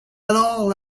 alors